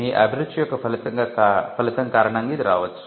మీ అభిరుచి యొక్క ఫలితం కారణంగా ఇది రావచ్చు